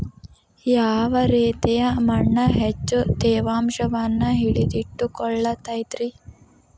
ಯಾವ ರೇತಿಯ ಮಣ್ಣ ಹೆಚ್ಚು ತೇವಾಂಶವನ್ನ ಹಿಡಿದಿಟ್ಟುಕೊಳ್ಳತೈತ್ರಿ?